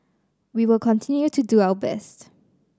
we will continue to do our best